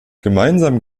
gemeinsam